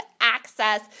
access